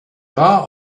war